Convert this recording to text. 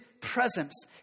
presence